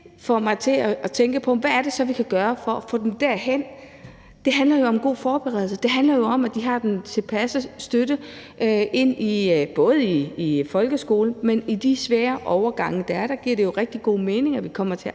det får mig til at tænke på, hvad det så er, vi kan gøre for at få dem derhen. Det handler om en god forberedelse, og det handler om, at de har den tilpasse støtte i folkeskolen; og i forhold til de svære overgange, der er, giver det jo også rigtig god mening, at vi generelt set